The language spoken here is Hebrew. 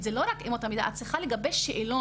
אלה לא רק אמות המידה: את צריכה לגבש שאלון,